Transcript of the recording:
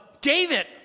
David